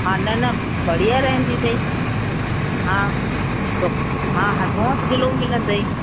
हा न न बढ़िया रहंदी अथई हा तो हा हथो हथ ग्लो मिलंदई